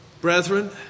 Brethren